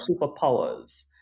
superpowers